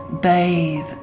bathe